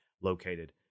located